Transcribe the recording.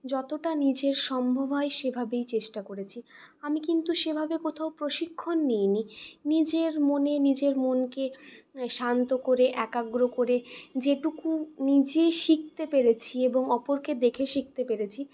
যতটা নিজের সম্ভব হয় সেভাবেই চেষ্টা করেছি আমি কিন্তু সেভাবে কোথাও প্রশিক্ষণ নিইনি নিজের মনে নিজের মনকে শান্ত করে একাগ্র করে যেটুকু নিজে শিখতে পেরেছি এবং অপরকে দেখে শিখতে পেরেছি